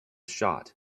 shot